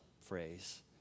phrase